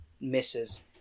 misses